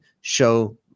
show